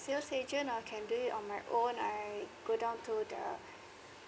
sales agent or can do it on my own I go down to the